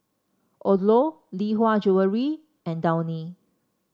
Odlo Lee Hwa Jewellery and Downy